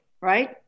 right